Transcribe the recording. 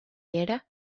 hera